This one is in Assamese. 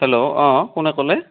হেল্ল' অ' কোনে ক'লে